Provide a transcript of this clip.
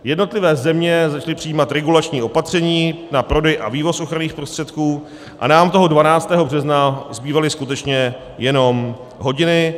Jednotlivé země začaly přijímat regulační opatření na prodej a vývoz ochranných prostředků a nám toho 12. března zbývaly skutečně jenom hodiny.